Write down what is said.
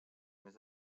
més